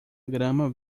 grama